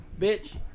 Bitch